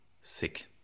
sick